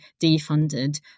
defunded